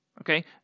Okay